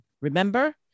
remember